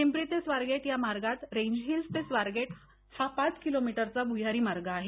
पिंपरी ते स्वारगेट या मार्गात रेजहिल्स ते स्वारगेट हा पाच किलोमीटरचा भूयारी मार्ग आहे